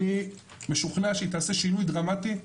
אני משוכנע שהיא תעשה שינוי דרמטי,